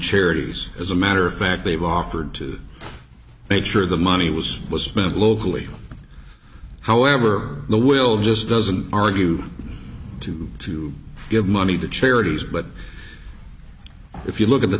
charities as a matter of fact they've offered to make sure the money was spent locally however the will just doesn't argue to to give money to charities but if you look at the